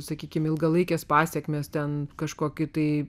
sakykime ilgalaikės pasekmės ten kažkokį tai